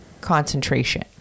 concentration